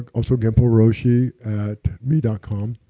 also genporoshi at me dot com